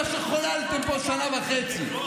חבר הכנסת חנוך מלביצקי, נא לצאת.